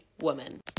woman